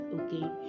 okay